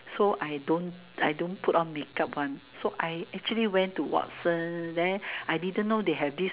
so I don't I don't put on make up one so I actually went to Watsons there I didn't know they have this